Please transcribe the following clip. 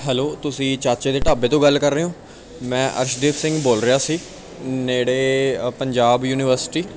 hello ਤੁਸੀਂ ਚਾਚੇ ਦੇ ਢਾਬੇ ਤੋਂ ਗੱਲ ਕਰ ਰਹੇ ਹੋ ਮੈਂ ਅਰਸ਼ਦੀਪ ਸਿੰਘ ਬੋਲ ਰਿਹਾ ਸੀ ਨੇੜੇ ਪੰਜਾਬ ਯੂਨੀਵਰਸਿਟੀ